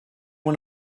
one